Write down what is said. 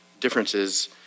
differences